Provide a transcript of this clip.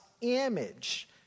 image